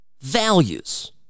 values